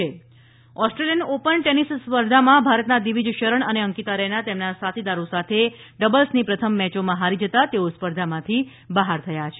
Australian Open Australian Open tennis સ્પર્ધામાં ભારતના દ્વિજ શરણ અને અંકિતા રૈના તેમના સાથીદારો સાથે ડબલ્સની પ્રથમ મેચોમાં હારી જતા તેઓ સ્પર્ધામાંથી બહાર થયા છે